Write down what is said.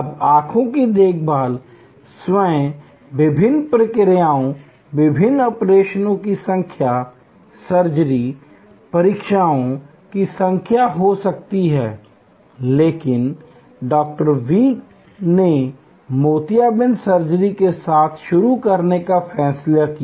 अब आंखों की देखभाल स्वयं विभिन्न प्रक्रियाओं विभिन्न ऑपरेशनों की संख्या सर्जरी परीक्षाओं की संख्या हो सकती है लेकिन डॉ वी ने मोतियाबिंद सर्जरी के साथ शुरू करने का फैसला किया